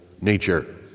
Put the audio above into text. nature